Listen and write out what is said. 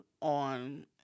on